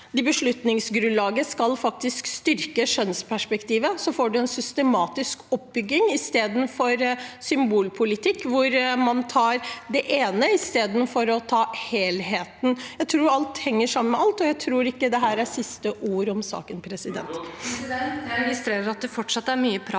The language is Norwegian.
beslutningsgrunnlaget faktisk skal styrke kjønnsperspektivet, får man en systematisk oppbygging i stedet for symbolpolitikk hvor man tar det ene i stedet for å ta helheten. Jeg tror alt henger sammen med alt, og jeg tror ikke dette er siste ord i saken. Sandra